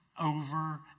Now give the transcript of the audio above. over